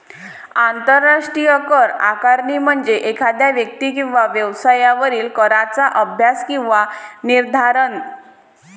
आंतरराष्ट्रीय कर आकारणी म्हणजे एखाद्या व्यक्ती किंवा व्यवसायावरील कराचा अभ्यास किंवा निर्धारण